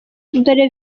dore